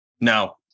Now